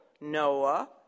Noah